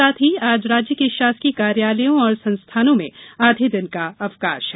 साथ ही आज राज्य के शासकीय कार्यालयों और संस्थानों में आधे दिन का अवकाश है